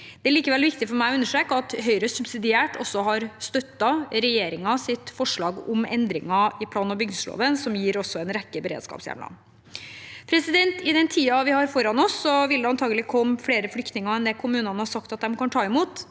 Det er likevel viktig for meg å understreke at Høyre subsidiært har støttet regjeringens forslag om endringer i plan- og bygningsloven, som gir en rekke beredskapshjemler. I den tiden vi har foran oss, vil det antakelig komme flere flyktninger enn det kommunene har sagt at de kan ta imot.